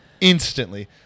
Instantly